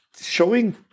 showing